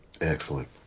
Excellent